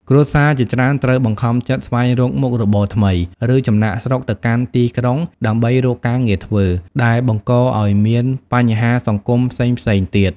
គ្រួសារជាច្រើនត្រូវបង្ខំចិត្តស្វែងរកមុខរបរថ្មី ឬចំណាកស្រុកទៅកាន់ទីក្រុងដើម្បីរកការងារធ្វើ ដែលបង្កឱ្យមានបញ្ហាសង្គមផ្សេងៗទៀត។